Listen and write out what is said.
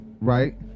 right